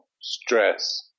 stress